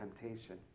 temptation